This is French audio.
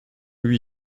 lui